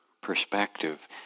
perspective